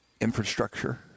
Infrastructure